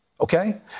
okay